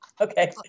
Okay